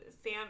Sam